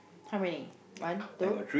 how many one two